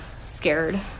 scared